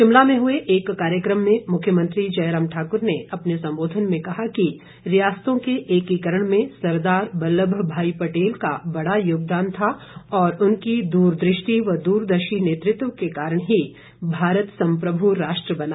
शिमला में हुए एक कार्यक्रम में मुख्यमंत्री जयराम ठाकुर ने अपने संबोधन में कहा कि रियासतों के एकीकरण में सरदार वल्लभ भाई पटेल का बड़ा योगदान था और उनकी दूरदृष्टि व दूरदर्शी नेतृत्व के कारण ही भारत सम्प्रभु राष्ट्र बना